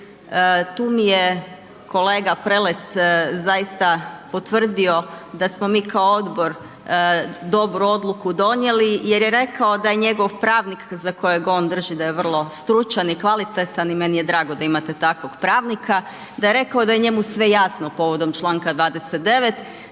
tu mi je kolega Prelec zaista potvrdio da smo mi kao odbor dobru odluku donijeli jer je rekao da je njegov pravnik, za kojeg on drži da je vrlo stručan i kvalitetan i meni je drago da imate takvog pravnika, da je rekao da je njemu sve jasno povodom Članka 29.